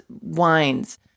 wines